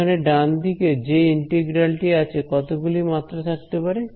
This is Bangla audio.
যেখানে ডানদিকে যে ইন্টিগ্রাল টি আছে কতগুলি মাত্রা থাকতে পারে